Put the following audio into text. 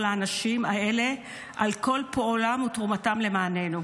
לאנשים האלה על כל פועלם ותרומתם למעננו.